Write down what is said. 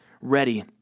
ready